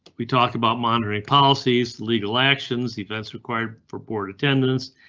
we talk about monitoring policies, legal actions, events required for port attendance,